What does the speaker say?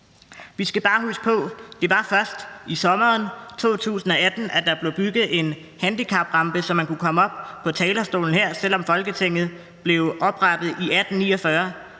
Vi skal bare huske på, at det først var i sommeren 2018, at der blev bygget en handicaprampe, så man kunne komme op på talerstolen her, selv om Folketinget blev oprettet i 1849.